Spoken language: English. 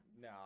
No